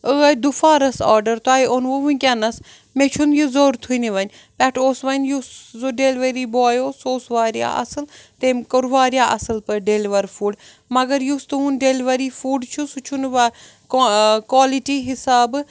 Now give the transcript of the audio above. ٲدۍ دُپھارَس آرڈر تۄہہِ اوٚنوُ وٕنکٮ۪نَس مےٚ چھُنہٕ یہِ ضوٚرتھٕے نہٕ وَنۍ پٮ۪ٹھ اوس وَنۍ یُس سُہ ڈٮ۪لؤری باے اوس سُہ اوس وارِیاہ اَصٕل تمۍ کوٚر وارِیاہ اَصٕل پٲٹھۍ ڈٮ۪لوَر فُڈ مگر یُس تُہُنٛد ڈٮ۪لؤری فُڈ چھُ سُہ چھُنہٕ وَ کا کالِٹی حِسابہٕ